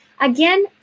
Again